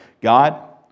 God